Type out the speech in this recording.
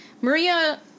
Maria